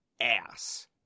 ass